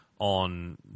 on